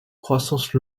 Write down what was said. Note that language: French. croissance